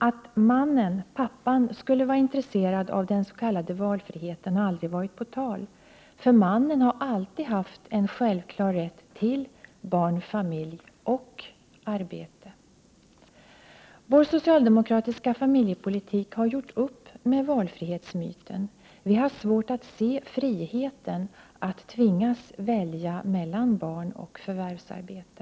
Att mannen, pappan, skulle vara intresserad av den s.k. valfriheten har aldrig varit på tal. Mannen har alltid haft en självklar rätt till barn, familj och arbete. Vår socialdemokratiska familjepolitik har gjort upp med valfrihetsmyten. Vi har svårt att se friheten att tvingas välja mellan barn och förvärvsarbete.